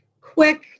quick